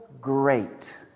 great